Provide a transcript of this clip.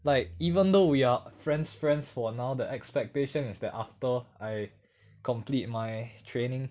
like even though we are friends friends for now the expectation is that after I complete my training